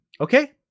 Okay